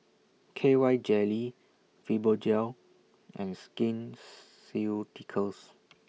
K Y Jelly Fibogel and Skin Ceuticals